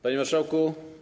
Panie Marszałku!